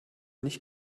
nicht